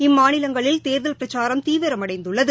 இம்மாநிலங்களில் தேர்தல் பிரச்சாரம் தீவிரமடைந்துள்ளது